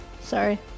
Sorry